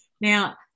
Now